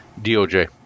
DOJ